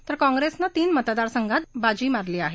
तर काँग्रेसने तीन मतदारसंघात बाजी मारली आहे